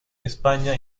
españa